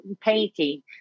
painting